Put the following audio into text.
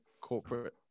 corporate